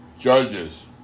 Judges